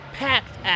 packed